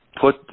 Put